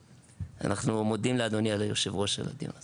אנחנו מודים לאדוני יושב הראש על הדיון הזה.